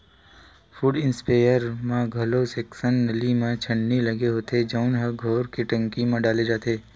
foot sprayer म घलो section नली म छन्नी लगे होथे जउन ल घोर के टंकी म डाले जाथे